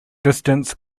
distance